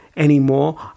Anymore